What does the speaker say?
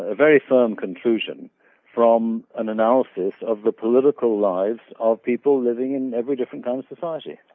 ah very firm conclusion from an analysis of the political lives of people living in every different kinds of society